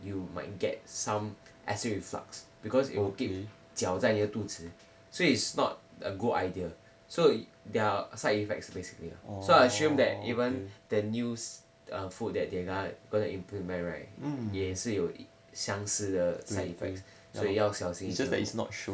you might get some acid reflux because it'll 搅在你的肚子所以 it's not a good idea so their side effects basically so I assume that even the news uh food that they are going to implement right 也是有相似的 side effects 所以要小心